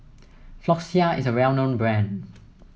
Floxia is a well known brand